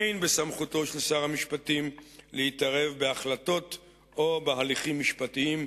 אין בסמכותו של שר המשפטים להתערב בהחלטות או בהליכים משפטיים.